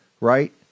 right